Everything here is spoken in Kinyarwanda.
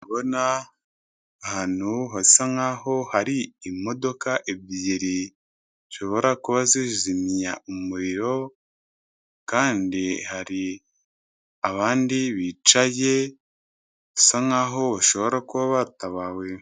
Ndi kubona ahantu hasa nkaho hari imodoka ebyiri zishobora kuba zizimya umuriro kandi hari abandi bicaye bisa nkaho bashobora kuba batabawe.